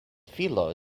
filo